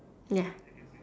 ya